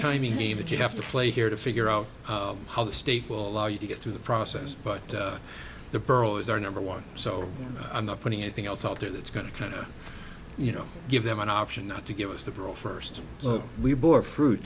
time you need that you have to play here to figure out how the state will allow you to get through the process but the borough is our number one so i'm not putting anything else out there that's going to kind of you know give them an option not to give us the parole first so we bore fruit